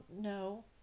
no